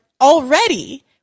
already